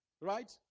Right